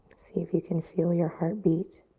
see if you can feel your heartbeat.